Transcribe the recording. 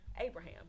Abraham